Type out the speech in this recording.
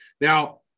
Now